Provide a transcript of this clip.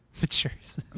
Matures